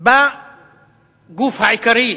בגוף העיקרי,